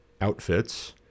outfits